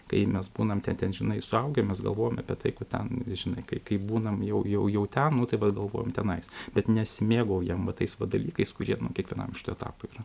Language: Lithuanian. kai mes būnam ten ten žinai suaugę mes galvojam apie tai kad ten žinai kai būnam jau jau jau ten nu tai vat galvojam tenais bet nesimėgaujam va tais va dalykais kurie kiekvienam etapui yra